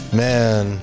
man